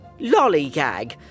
Lollygag